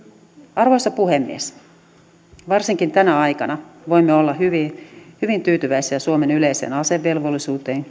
arvoisa puhemies varsinkin tänä aikana voimme olla hyvin hyvin tyytyväisiä suomen yleiseen asevelvollisuuteen